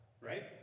Right